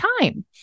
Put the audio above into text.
time